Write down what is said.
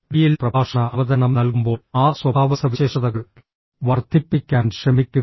ഡിയിൽ പ്രഭാഷണ അവതരണം നൽകുമ്പോൾ ആ സ്വഭാവസവിശേഷതകൾ വർദ്ധിപ്പിക്കാൻ ശ്രമിക്കുക